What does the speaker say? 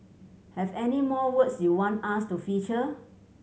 have any more words you want us to feature